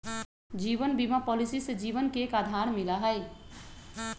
जीवन बीमा पॉलिसी से जीवन के एक आधार मिला हई